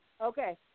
Okay